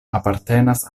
apartenas